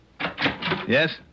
Yes